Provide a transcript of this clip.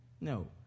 no